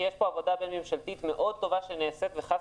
כי יש פה עבודה בין-ממשלתית מאוד טובה שנעשית וחס